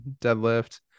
deadlift